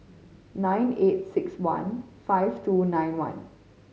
nine eight six one five two nine one